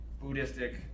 buddhistic